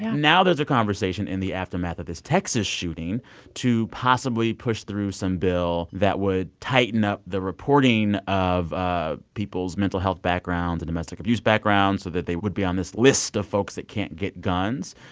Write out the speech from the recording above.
now there's a conversation in the aftermath of this texas shooting to possibly push through some bill that would tighten up the reporting of ah people's mental health backgrounds and domestic abuse backgrounds so that they would be on this list of folks that can't get guns.